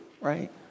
right